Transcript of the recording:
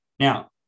Now